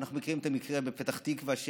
אנחנו מכירים את המקרה בפתח תקווה,